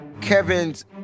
Kevin's